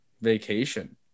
vacation